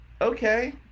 Okay